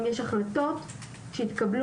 יש לנו כבר 4 שנים נתונים,